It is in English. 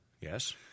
Yes